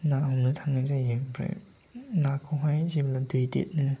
ना हमनो थांनाय जायो ओमफ्राय नाखौहाय जेब्ला दै देथनो